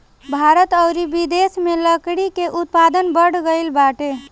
भारत अउरी बिदेस में लकड़ी के उत्पादन बढ़ गइल बाटे